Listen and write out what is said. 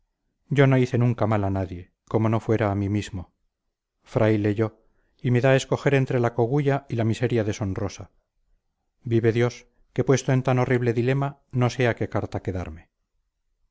yo no hice nunca mal a nadie como no fuera a mí mismo fraile yo y me da a escoger entre la cogulla y una miseria deshonrosa vive dios que puesto en tan horrible dilema no sé a qué carta quedarme